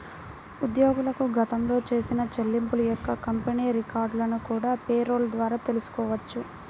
ఉద్యోగులకు గతంలో చేసిన చెల్లింపుల యొక్క కంపెనీ రికార్డులను కూడా పేరోల్ ద్వారా తెల్సుకోవచ్చు